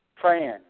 praying